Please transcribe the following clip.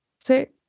say